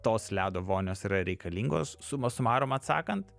tos ledo vonios yra reikalingos suma sumarum atsakant